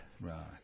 Right